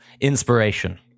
inspiration